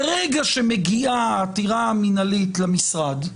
ברגע שמגיעה העתירה המינהלית למשרד,